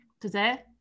today